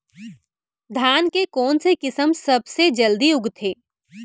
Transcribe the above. धान के कोन से किसम सबसे जलदी उगथे?